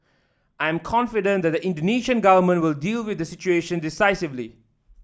I'm confident the Indonesian Government will deal with the situation decisively